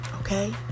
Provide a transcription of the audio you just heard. okay